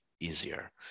easier